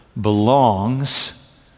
belongs